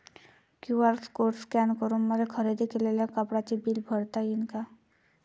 QR code scan करून मले खरेदी केलेल्या कापडाचे बिल भरता यीन का?